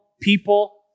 people